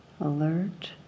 Alert